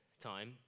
time